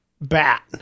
bat